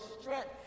strength